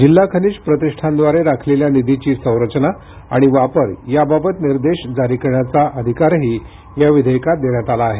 जिल्हा खनिज प्रतिष्ठानद्वारे राखलेल्या निधींची संरचना आणि वापर याबाबत निर्देश जारी करण्याचा अधिकारही या विधेयकात देण्यात आला आहे